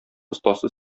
остасы